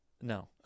no